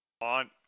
on